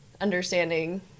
understanding